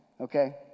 Okay